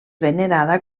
venerada